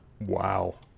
Wow